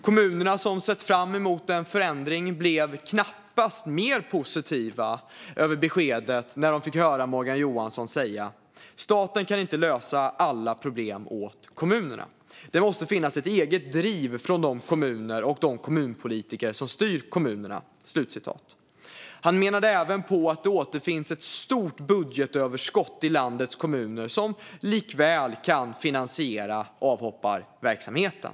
Kommunerna, som hade sett fram emot en förändring, blev knappast mer positiva över beskedet när de fick höra Morgan Johansson säga: "Staten kan inte lösa alla problem åt kommunerna. Det måste finnas ett eget driv från de kommuner och de kommunpolitiker som styr i kommunerna." Han menade även att det finns ett stort budgetöverskott i landets kommuner som kan finansiera avhopparverksamheten.